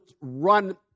run